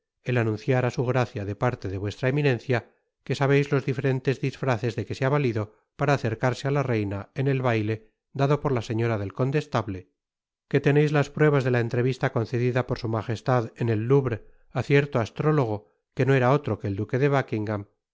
su hijo content from google book search generated at eminencia que sabeis los diferentes disfraces de que se ha valido para acercarse á la reina en el baile dado por la señora del condestable que teneis las pruebas de la entrevista concedida por su majestad en el louvre á cierto astrólogo que no era otro que el duque de buckingam que